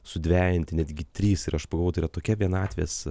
sudvejinti netgi trys ir aš pagalvojau tai yra tokia vienatvės